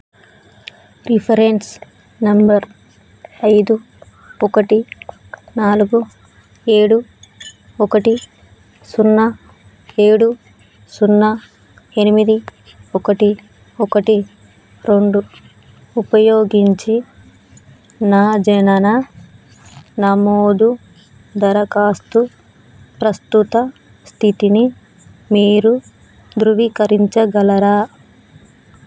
reference number ఐదు ఒకటి నాలుగు ఏడు ఒకటి సున్నా ఏడు సున్నా ఎనిమిది ఒకటి ఒకటి రొండు ఉపయోగించి నా జనన నమోదు దరఖాస్తు ప్రస్తుత స్థితిని మీరు ధృవీకరించగలరా